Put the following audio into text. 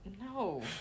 No